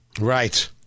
Right